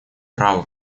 право